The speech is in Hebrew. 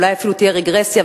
אולי אפילו תהיה רגרסיה,